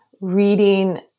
reading